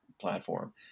platform